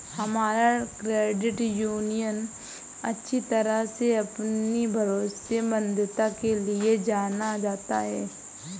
हमारा credit union अच्छी तरह से अपनी भरोसेमंदता के लिए जाना जाता है